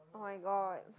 [oh]-my-god